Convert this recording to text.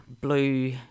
blue